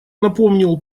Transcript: напомнил